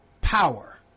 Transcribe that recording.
Power